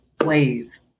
ways